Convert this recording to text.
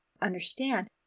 understand